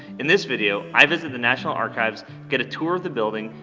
in this video, i visit the national archives, get a tour of the building,